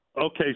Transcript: Okay